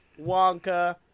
Wonka